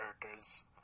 characters